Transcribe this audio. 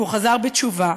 הוא חזר בתשובה,